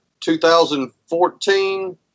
2014